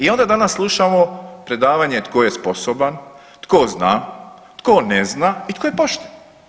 I onda danas slušamo predavanje tko je sposoban, tko zna, tko ne zna i tko je pošten.